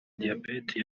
diabète